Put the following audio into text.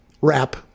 Wrap